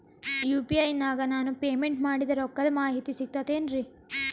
UPI ನಾಗ ನಾನು payment ಮಾಡಿದ ರೊಕ್ಕದ ಮಾಹಿತಿ ಸಿಕ್ತಾತೇನ್ರೀ?